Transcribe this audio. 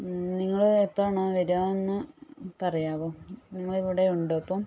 നിങ്ങൾ എപ്പോഴാണ് വരുക എന്ന് പറയാമോ നിങ്ങൾ ഇവിടെയുണ്ടോ ഇപ്പം